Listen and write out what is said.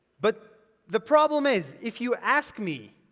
but the problem is, if you ask me,